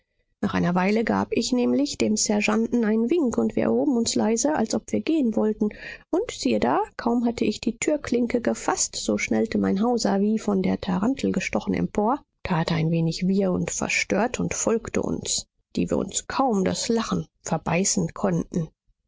nach einer weile gab ich nämlich dem sergeanten einen wink und wir erhoben uns leise als ob wir gehen wollten und siehe da kaum hatte ich die türklinke gefaßt so schnellte mein hauser wie von der tarantel gestochen empor tat ein wenig wirr und verstört und folgte uns die wir uns kaum das lachen verbeißen konnten